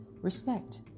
respect